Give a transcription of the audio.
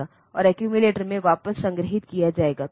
तो यह अलग अलग प्रोसेसर के लिए अलग होने जा रहा है